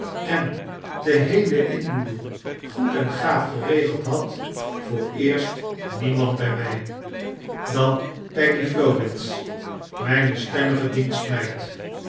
en den heelen inboedel goed en gaaf geregeld had vooreerst niemand brj mij dan peggy flobbins myne stemmige